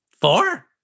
Four